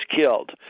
killed